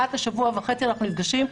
אחת לשבוע וחצי אנחנו נפגשים,